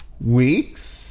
weeks